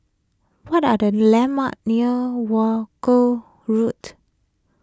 what are the landmarks near Wolskel Road